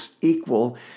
equal